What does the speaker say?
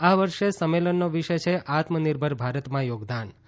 આ વર્ષે સંમેલનનો વિષય છે આત્મનિર્ભર ભારતમાં યોગદાન